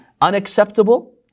unacceptable